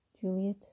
Juliet